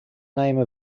name